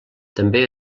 també